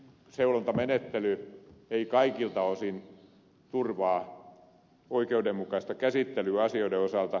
seulontamenettely ei kaikilta osin turvaa oikeudenmukaista käsittelyä asioiden osalta